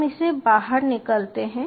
हम इससे बाहर निकलते हैं